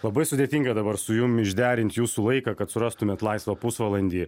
labai sudėtinga dabar su jum išderint jūsų laiką kad surastumėt laisvą pusvalandį